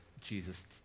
Jesus